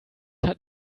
hat